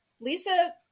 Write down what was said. Lisa